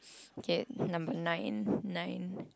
okay number nine nine